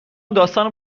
داستان